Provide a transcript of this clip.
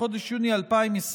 בחודש יוני 2020,